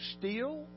steal